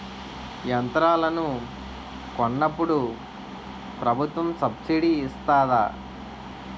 యంత్రాలను కొన్నప్పుడు ప్రభుత్వం సబ్ స్సిడీ ఇస్తాధా?